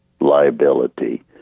liability